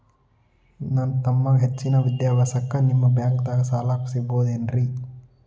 ನನ್ನ ತಮ್ಮಗ ಹೆಚ್ಚಿನ ವಿದ್ಯಾಭ್ಯಾಸಕ್ಕ ನಿಮ್ಮ ಬ್ಯಾಂಕ್ ದಾಗ ಸಾಲ ಸಿಗಬಹುದೇನ್ರಿ?